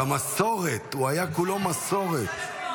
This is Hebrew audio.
הוא היה כולו מסורת.